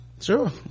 Sure